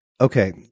Okay